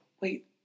wait